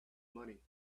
money